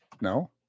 no